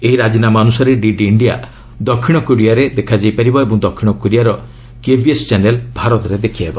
ଏହି ରାଜିନାମା ଅନୁସାରେ ଡିଡି ଇଣ୍ଡିଆ ଦକ୍ଷିଣ କୋରିଆରେ ଦେଖାଯାଇ ପାରିବ ଓ ଦକ୍ଷିଣ କୋରିଆର କେବିଏସ୍ ଚ୍ୟାନେଲ୍ ଭାରତରେ ଦେଖିହେବ